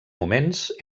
moments